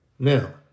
Now